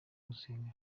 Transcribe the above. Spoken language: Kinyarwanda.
gusenga